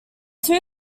two